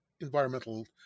environmental